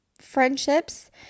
friendships